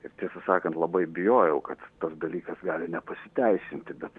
ir tiesą sakant labai bijojau kad tas dalykas gali nepasiteisinti bet